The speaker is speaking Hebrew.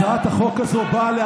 הצעת החוק הזאת,